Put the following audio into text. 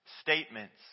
statements